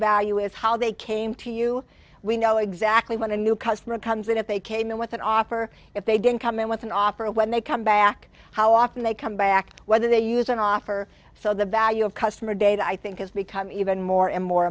value is how they came to you we know exactly when a new customer comes in if they came in with an offer if they didn't come in with an offer and when they come back how often they come back whether they use an offer so the value of customer data i think has become even more and more